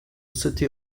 city